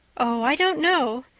oh, i don't know,